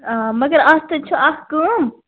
آ مگر اتھ تہِ چھُہ اکھ کٲم